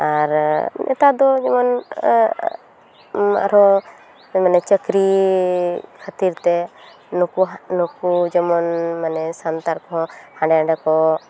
ᱟᱨ ᱱᱮᱛᱟᱨ ᱫᱚ ᱡᱮᱢᱚᱱ ᱟᱨᱦᱚᱸ ᱢᱟᱱᱮ ᱪᱟᱹᱠᱨᱤ ᱠᱷᱟᱹᱛᱤᱨ ᱛᱮ ᱱᱩᱠᱩ ᱱᱩᱠᱩ ᱡᱮᱢᱚᱱ ᱢᱟᱱᱮ ᱥᱟᱱᱛᱟᱲ ᱠᱚᱦᱚᱸ ᱦᱟᱸᱰᱮ ᱱᱟᱸᱰᱮ ᱠᱚ